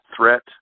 Threat